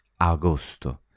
agosto